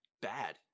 bad